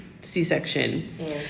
C-section